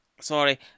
Sorry